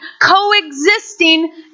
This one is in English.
Coexisting